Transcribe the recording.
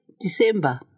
December